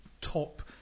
top